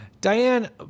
diane